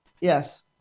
yes